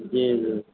जी जी